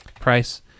price